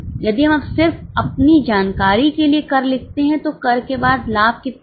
यदि हम सिर्फ अपनी जानकारी के लिए कर लिखते हैं तो कर के बाद लाभ कितना है